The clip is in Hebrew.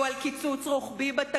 איך הם יצביעו על קיצוץ רוחבי בתקציב,